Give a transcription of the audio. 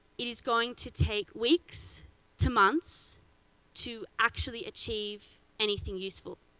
it is going to take weeks to months to actually achieve anything useful.